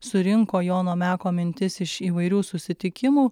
surinko jono meko mintis iš įvairių susitikimų